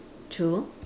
true